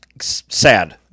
sad